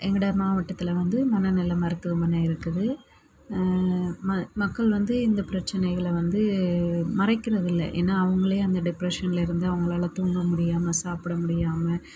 எங்கட மாவட்டத்தில் வந்து மனநல மருத்துவமனை இருக்குது மக்கள் வந்து இந்த பிரச்சனைகளை வந்து மறைக்கிறதில்லை ஏன்னால் அவங்களே அந்த டிப்ரஷன்லேருந்து அவங்களால தூங்க முடியாமல் சாப்பிட முடியாமல்